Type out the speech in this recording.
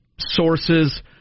Sources